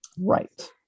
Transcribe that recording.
Right